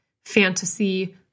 fantasy